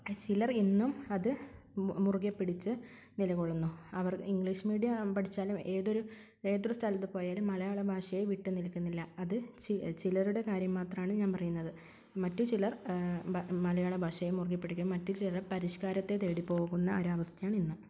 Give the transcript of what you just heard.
ചിലർ ഇന്നും അതു മുറുകെ പിടിച്ച് നിലകൊള്ളുന്നു അവർ ഇംഗ്ലീഷ് മീഡിയം പഠിച്ചാലും ഏതൊരു ഏതൊരു സ്ഥലത്ത് പോയാലും മലയാളഭാഷയെ വിട്ടു നിൽക്കുന്നില്ല അത് ചില ചിലരുടെ കാര്യം മാത്രമാണ് ഞാൻ പറയുന്നത് മറ്റു ചിലർ മലയാളഭാഷയെ മുറുകെ പിടിക്കും മറ്റു ചിലർ പരിഷ്ക്കാരത്തെ തേടിപ്പോകുന്ന ഒരു അവസ്ഥയാണ് ഇന്നും